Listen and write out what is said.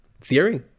theory